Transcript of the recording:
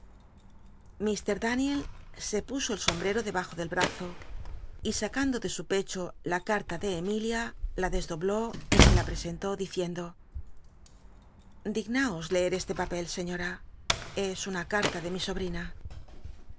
mr daniel se puso el sombrero debajo del brazo y sacando de su pecho la cata de emilia la desdobló y se la presentó diciendo dignaos lee este papel señota es una carta de mi